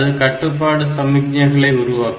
அது கட்டுப்பாட்டு சமிக்ஞைகளை உருவாக்கும்